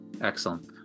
excellent